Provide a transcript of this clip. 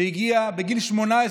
בן 18,